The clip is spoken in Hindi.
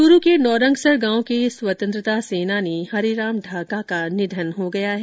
च्रू के नौरंगसर गांव के स्वतंत्रता सैनानी हरिराम ढाका का निधन हो गया है